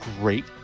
great